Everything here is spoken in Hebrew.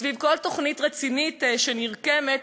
סביב כל תוכנית רצינית שנרקמת,